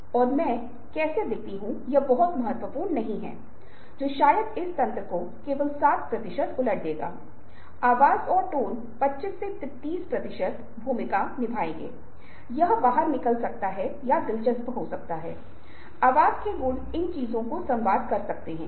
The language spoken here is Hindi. इसलिए यदि आप पूरी बात देख रहे हैं जो बहुत महत्वपूर्ण रूप से सामने आती है तो आपको उस प्रयोग का उल्लेख करना होगा जो मैंने पिछले सप्ताह में दिया था जो वास्तव में एक प्रयोग है जो आज के कार्य या प्रयोग से संबंधित है